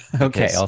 okay